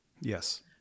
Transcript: yes